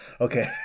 Okay